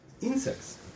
insects